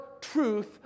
truth